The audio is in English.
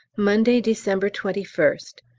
monday, december twenty first.